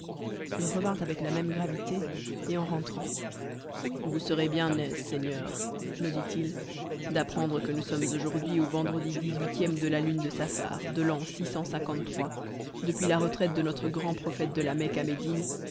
il revint avec la même gravité et en rentrant vous serez bien aise seigneur me dit-il d'apprendre que nous sommes aujourd'hui au vendredi dix-huitième de la lune de safar de l'an depuis la retraite de notre grand prophète de la mecque à médine